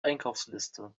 einkaufsliste